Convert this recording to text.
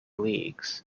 leagues